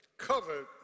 Covered